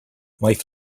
life